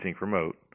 remote